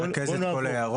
נרכז את כל ההערות.